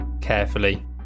carefully